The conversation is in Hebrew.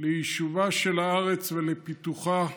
ליישובה של הארץ ולפיתוחה,